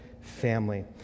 family